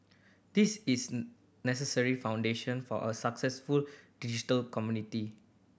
this is necessary foundation for a successful digital community